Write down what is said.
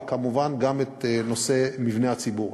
וכמובן גם את נושא מבני הציבור.